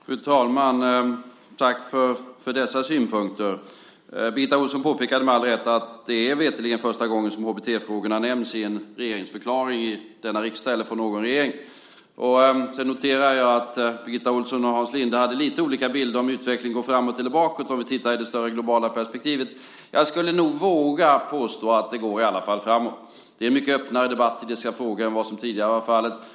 Fru talman! Först vill jag tacka för dessa synpunkter. Birgitta Ohlsson påpekade med all rätt att det henne veterligt är första gången HBT-frågorna nämns i en regeringsförklaring i denna riksdag eller från någon regering. Jag noterar också att Birgitta Ohlsson och Hans Linde hade lite olika bilder av om utvecklingen går framåt eller bakåt sett i det större globala perspektivet. Jag skulle nog våga påstå att det i alla fall går framåt. Det är mycket öppnare debatter i dessa frågor än som tidigare var fallet.